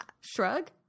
Shrug